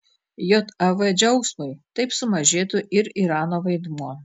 jav džiaugsmui taip sumažėtų ir irano vaidmuo